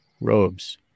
Robes